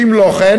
שאם לא כן,